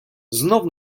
знову